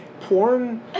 porn